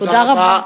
תודה רבה.